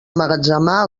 emmagatzemar